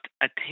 attend